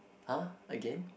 !huh! again